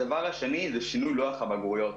הדבר השני הוא שינוי לוח הבגרויות.